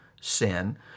sin